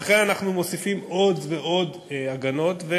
לכן אנחנו מוסיפים עוד ועוד הגנות,